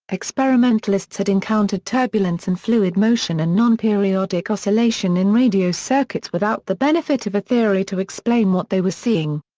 experimentalists had encountered turbulence in fluid motion and nonperiodic oscillation in radio circuits without the benefit of a theory to explain what they were seeing.